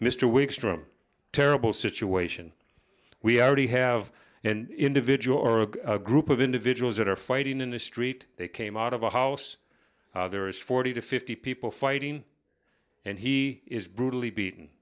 mr weeks from terrible situation we already have an individual or a group of individuals that are fighting in the street they came out of a house there is forty to fifty people fighting and he is brutally beat